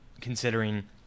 considering